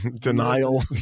Denial